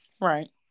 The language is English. Right